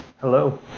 hello